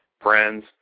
friends